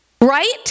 Right